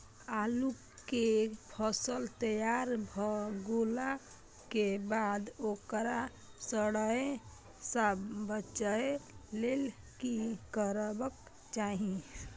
आलू केय फसल तैयार भ गेला के बाद ओकरा सड़य सं बचावय लेल की करबाक चाहि?